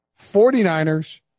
49ers